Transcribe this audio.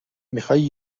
میخوای